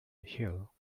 hill